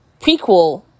prequel